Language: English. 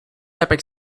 epic